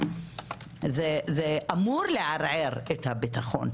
זה אמור לערער את הביטחון.